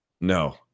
no